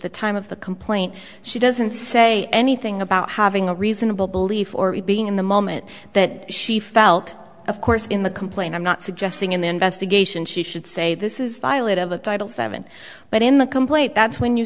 the time of the complaint she doesn't say anything about having a reasonable belief or being in the moment that she felt of course in the complaint i'm not suggesting an investigation she should say this is violate of a title seven but in the complaint that's when you